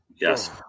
Yes